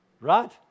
Right